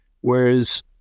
Whereas